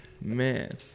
Man